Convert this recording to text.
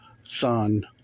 son